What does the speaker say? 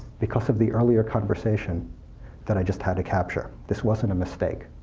because of the earlier conversation that i just had to capture. this wasn't a mistake.